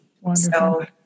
Wonderful